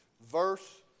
verse